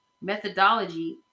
methodology